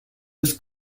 was